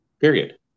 period